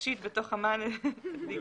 הראשית בתוך המען הדיגיטלי,